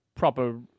proper